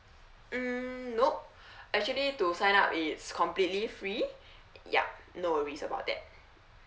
mm nope actually to sign up it's completely free yup no worries about that